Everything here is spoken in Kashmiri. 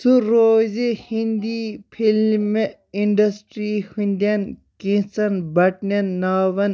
سۄ روزِ ہِنٛدی فلمہِ انڈسٹری ہٕنٛدین كینژن بٹنٮ۪ن ناوَن